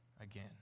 again